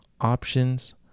options